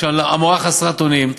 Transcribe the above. כשהמורה חסרת אונים,